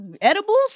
edibles